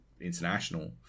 International